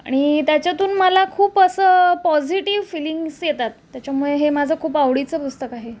आणि त्याच्यातून मला खूप असं पॉझिटिव्ह फीलिंग्स येतात त्याच्यामुळे हे माझं खूप आवडीचं पुस्तक आहे